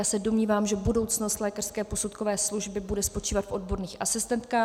Já se domnívám, že budoucnost lékařské posudkové služby bude spočívat v odborných asistentkách.